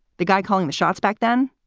the guy calling the shots back then,